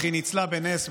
היא ניצלה בנס,